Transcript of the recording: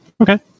Okay